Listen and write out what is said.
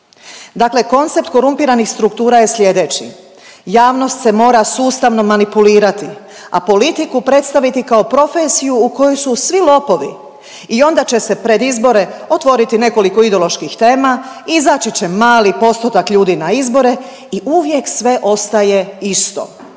Dakle koncept korumpiranih struktura je slijedeći. Javnost se mora sustavno manipulirati, a politiku predstaviti kao profesiju u kojoj su svi lopovi i onda će se pred izbore otvoriti nekoliko ideoloških tema, izaći će mali postotak ljudi na izbore i uvijek sve ostaje isto.